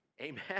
Amen